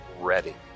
ready